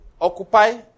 Occupy